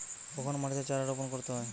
কখন মাটিতে চারা রোপণ করতে হয়?